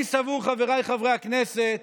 אני סבור, חבריי חברי הכנסת,